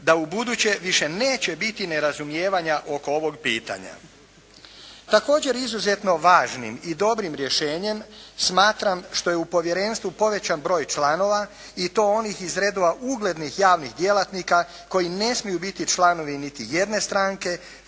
da u buduće više neće biti nerazumijevanja oko ovog pitanja. Također izuzetno važnim i dobrim rješenjem smatram što je u povjerenstvu povećan broj članova i to onih iz redova uglednih javnih djelatnika koji ne smiju biti članovi niti jedne stranke